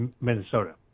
Minnesota